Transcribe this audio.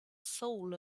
soul